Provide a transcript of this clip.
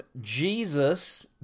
Jesus